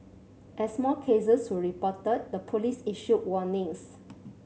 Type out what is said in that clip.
as more cases were reported the police issued warnings